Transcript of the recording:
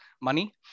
money